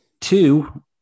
Two